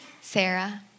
Sarah